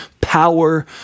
power